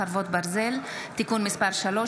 חרבות ברזל) (תיקון מס' 3),